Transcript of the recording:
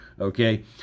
Okay